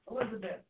Elizabeth